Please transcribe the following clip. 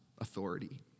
authority